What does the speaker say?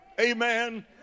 Amen